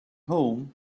home